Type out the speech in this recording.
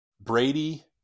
Brady